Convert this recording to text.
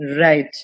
Right